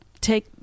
take